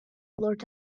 blurt